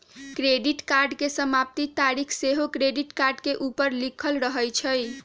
credit card के समाप्ति तारिख सेहो क्रेडिट कार्ड के ऊपर लिखल रहइ छइ